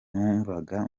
numvaga